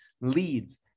leads